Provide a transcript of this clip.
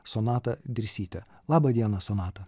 sonata dirsytė laba diena sonata